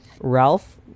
Ralph